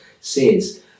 says